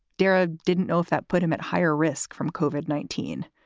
darragh didn't know if that put him at higher risk from koven, nineteen,